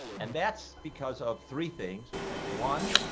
and that's because of three things one.